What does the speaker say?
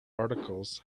articles